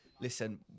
listen